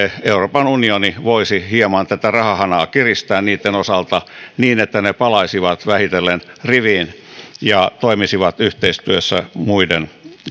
euroopan unioni voisi hieman tätä rahahanaa kiristää niitten osalta niin että ne palaisivat vähitellen riviin ja toimisivat yhteistyössä muiden